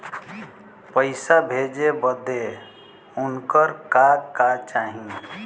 पैसा भेजे बदे उनकर का का चाही?